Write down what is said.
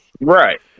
Right